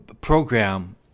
program